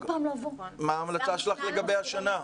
מה ההמלצה שלך לגבי השנה?